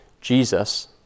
Jesus